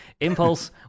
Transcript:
Impulse